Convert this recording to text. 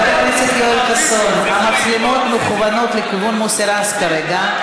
חסון, המצלמות מכוונות לכיוון מוסי רז כרגע.